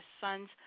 son's